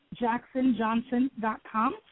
jacksonjohnson.com